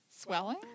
Swelling